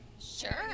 Sure